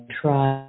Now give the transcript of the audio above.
try